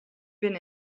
been